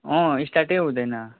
अँ स्टार्टै हुँदैन